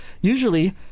Usually